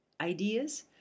Ideas